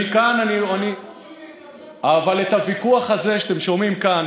את הוויכוח הזה שאתם שומעים כאן,